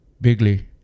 bigly